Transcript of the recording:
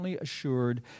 assured